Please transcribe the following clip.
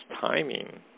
timing